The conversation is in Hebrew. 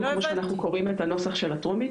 כמו שאנחנו קוראים את הנוסח של הטרומית,